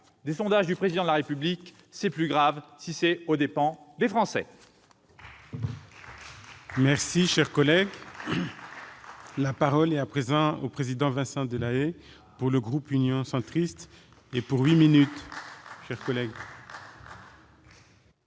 des sondages du Président de la République. Ça l'est davantage si c'est aux dépens des Français.